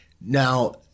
Now